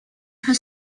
her